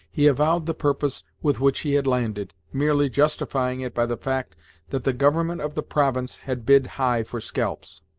he avowed the purpose with which he had landed, merely justifying it by the fact that the government of the province had bid high for scalps.